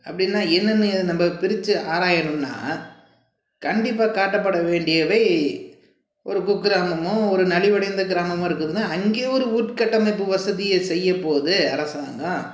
அப்படின்னா என்னெனன்னு நம்ம பிரித்து ஆராயணும்னா கண்டிப்பாக காட்டப்பட வேண்டியவை ஒரு குக்கிராமமோ இல்லை நலிவடைந்த கிராமமோ இருக்குதுனா அங்கே ஒரு உட்கட்டமைப்பு வசதியை செய்யப்போகுது அரசாங்கம்